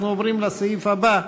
אנחנו עוברים לסעיף הבא: